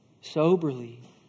soberly